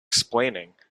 explaining